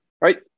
right